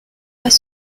pas